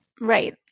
right